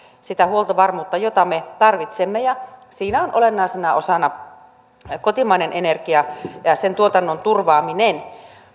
sitä huoltovarmuutta jota me tarvitsemme ja siinä on olennaisena osana kotimainen energia ja sen tuotannon turvaaminen